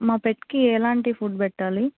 మా పెట్కి ఎలాండి పుడ్ పెట్టాలి